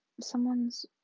someone's